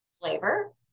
flavor